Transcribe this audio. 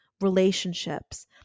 relationships